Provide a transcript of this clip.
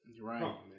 Right